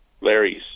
Larry's